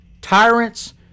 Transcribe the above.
tyrants